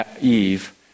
Eve